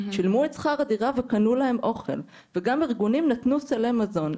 שילמו את שכר הדירה וקנו להם אוכל וגם ארגונים נתנו סלי מזון.